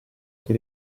che